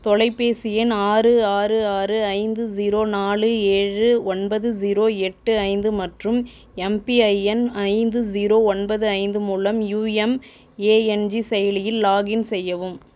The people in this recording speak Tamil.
தொலைபேசி எண் ஆறு ஆறு ஆறு ஐந்து ஜீரோ நாலு ஏழு ஒன்பது ஜீரோ எட்டு ஐந்து மற்றும் எம்பிஐஎன் ஐந்து ஜீரோ ஒன்பது ஐந்து மூலம் யூஎம்ஏஎன்ஜி செயலியில் லாகின் செய்யவும்